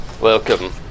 Welcome